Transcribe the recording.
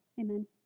Amen